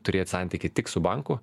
turėt santykį tik su banku